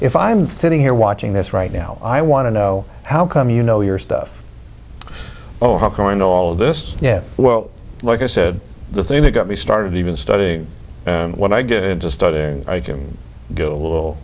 if i'm sitting here watching this right now i want to know how come you know your stuff oh how core and all this yeah well like i said the thing that got me started even studying when i get into study i can do a little